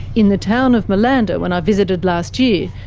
in the town of malanda when i visited last year,